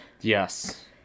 Yes